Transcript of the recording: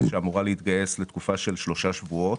שאמורה להתגייס לתקופה של שלושה שבועות.